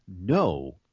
No